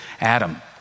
Adam